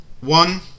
One